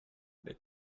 they